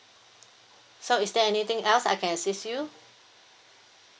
so is there anything else I can assist you